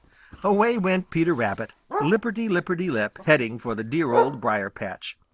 away went peter rabbit, lipperty-lipperty-lip, heading for the dear old briar-patch.